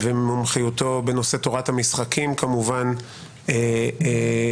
ומומחיותו בנושא תורת המשחקים כמובן מאוד